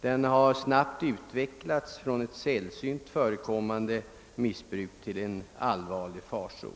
Den har snabbt utvecklats från ett sällan förekommande missbruk till en allvarlig farsot.